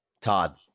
Todd